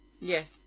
Yes